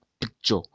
picture